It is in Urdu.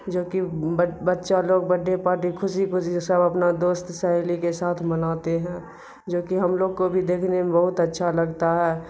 جو کہ بچہ لوگ بڈڈے پارٹی خوشی خوشی سب اپنا دوست سہیلی کے ساتھ مناتے ہیں جو کہ ہم لوگ کو بھی دیکھنے میں بہت اچھا لگتا ہے